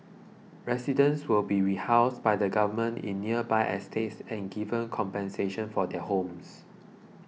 residents will be rehoused by the Government in nearby estates and given compensation for their homes